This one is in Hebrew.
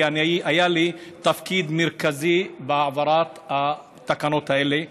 כי היה לי תפקיד מרכזי בהעברת התקנות האלה.